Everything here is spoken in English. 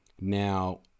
Now